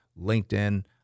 LinkedIn